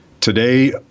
Today